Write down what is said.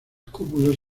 cúpulas